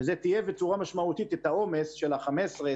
וזה טייב בצורה משמעותית את העומס של ה-15,000,